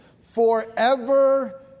forever